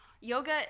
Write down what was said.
yoga